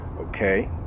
Okay